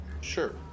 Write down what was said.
Sure